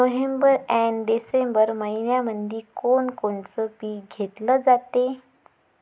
November अन डिसेंबर मइन्यामंधी कोण कोनचं पीक घेतलं जाते?